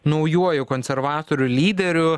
naujuoju konservatorių lyderiu